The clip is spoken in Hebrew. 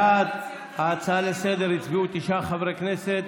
בעד ההצעה לסדר-היום הצביעו תשעה חברי כנסת,